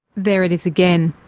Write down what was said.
there it is again.